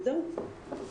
זהו.